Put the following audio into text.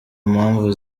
mpamvu